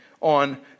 on